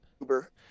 Uber